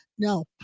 No